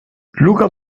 luca